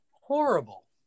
horrible